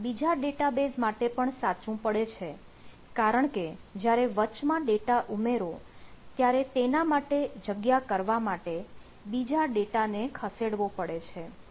આ બીજા ડેટાબેઝ માટે પણ સાચું પડે છે કારણ કે જ્યારે વચમાં ડેટા ઉમેરો ત્યારે તેના માટે જગ્યા કરવા માટે બીજા ડેટાને ખસેડવો પડે છે